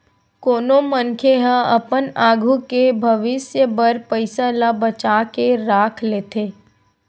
कोनो मनखे ह अपन आघू के भविस्य बर पइसा ल बचा के राख लेथे